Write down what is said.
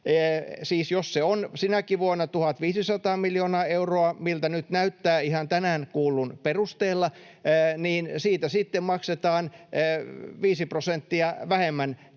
jos se on sinäkin vuonna 1 500 miljoonaa euroa, miltä nyt näyttää ihan tänään kuullun perusteella, niin siitä sitten maksetaan viisi prosenttia vähemmän